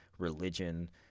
religion